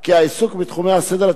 כי העיסוק בתחומי הסדר הציבורי,